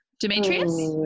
Demetrius